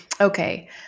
okay